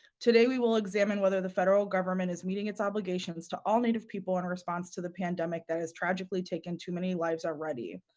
today we will examine whether the federal government is meeting its obligations to all native people in response to the pandemic that tragically taken too many lives already.